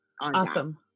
Awesome